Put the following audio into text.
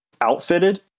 outfitted